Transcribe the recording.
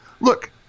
Look